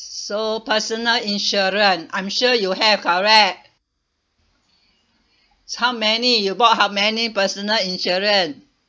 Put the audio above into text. so personal insurance I'm sure you have correct how many you bought how many personal insurance